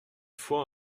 fois